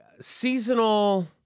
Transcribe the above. seasonal